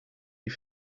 die